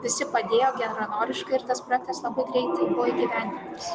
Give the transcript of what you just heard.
visi padėjo geranoriškai ir tas projektas labai greitai buvo įgyvendintas